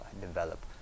develop